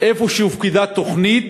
שבמקום שהופקדה תוכנית,